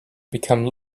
become